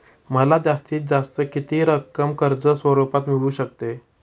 मला जास्तीत जास्त किती रक्कम कर्ज स्वरूपात मिळू शकते?